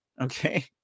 okay